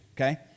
okay